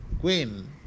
queen